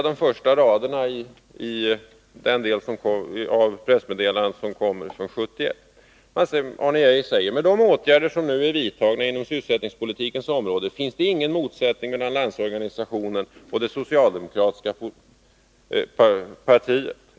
De första raderna i pressmeddelandet från 1971 lyder: ”Med de åtgärder som nu är vidtagna inom sysselsättningspolitikens område finns ingen motsättning mellan landsorganisationen och det socialdemokratiska partiet.